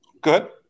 good